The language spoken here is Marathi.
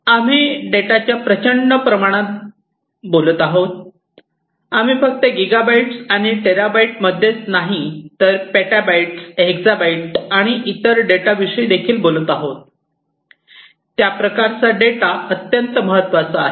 आम्ही डेटाच्या प्रचंड प्रमाणात बोलत आहोत आम्ही फक्त गीगाबाईट्स आणि टेराबाइट्समध्येच नाही तर आम्ही पेटॅबाइट्स हेक्साबाइट्स आणि इतर डेटाविषयी बोलत आहोत त्या प्रकारचा डेटा अत्यंत महत्वाचा आहे